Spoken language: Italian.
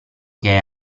che